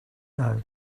know